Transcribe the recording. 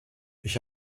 ich